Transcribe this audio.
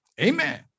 Amen